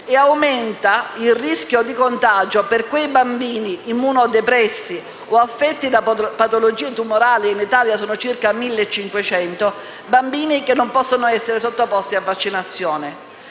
e aumenta il rischio di contagio per quei bambini, immunodepressi o affetti da patologie tumorali (in Italia sono circa 1.500), che non possono essere sottoposti a vaccinazione.